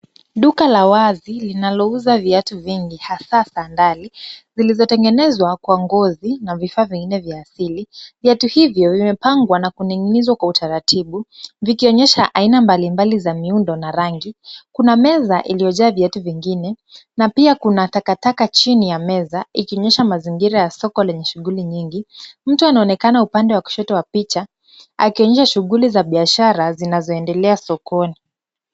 Duka la wazi linalouza viatu vingi hasa sandali zilizotengenezwa kwa ngozi na vifaa vingine vya asili. Viatu hivyo vimepangwa na kuning'inizwa kwa utaratibu, vikionyesha aina mbalimbali za miundo na rangi, kuna meza iliyojaa viatu vingine na pia kuna takataka chini ya meza, ikionyesha mazingira ya soko lenye shughuli nyingi, mtu anaonekana upande wa kushoto wa picha akionyesha shughuli za biashara zinazoendelea sokoni.